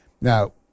now